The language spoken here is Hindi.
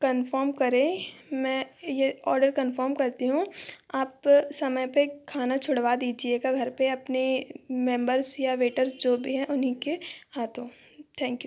कंफ़र्म करें मैं ये ऑर्डर कंफ़र्म करती हूँ आप समय पे खाना छुड़वा दीजिएगा घर पे अपने मेंबर्स या वेटर्स जो भी हैं उन्ही के हाथों थैंक यू